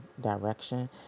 direction